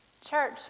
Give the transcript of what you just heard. Church